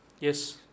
Yes